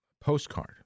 postcard